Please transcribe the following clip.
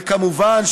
וכמובן,